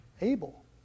Abel